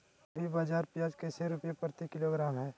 अभी बाजार प्याज कैसे रुपए प्रति किलोग्राम है?